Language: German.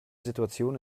situation